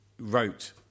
wrote